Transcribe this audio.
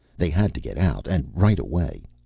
they had to get out, and right away.